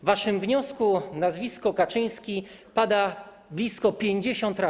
W waszym wniosku nazwisko Kaczyński pada blisko 50 razy.